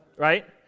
right